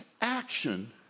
action